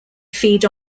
feed